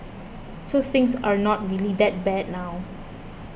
so things are not really that bad now